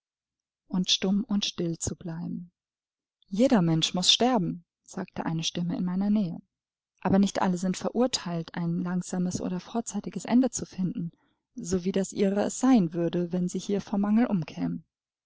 und stumm und still zu bleiben jeder mensch muß sterben sagte eine stimme in meiner nähe aber nicht alle sind verurteilt ein langsames oder vorzeitiges ende zu finden so wie das ihre es sein würde wenn sie hier vor mangel umkämen